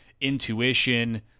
intuition